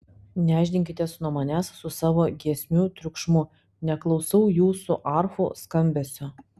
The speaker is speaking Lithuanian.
nešdinkitės nuo manęs su savo giesmių triukšmu neklausau jūsų arfų skambesio